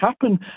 happen